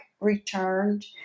returned